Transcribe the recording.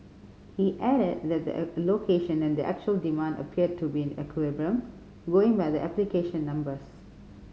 he added that the allocation and the actual demand appeared to be in equilibrium going by the application numbers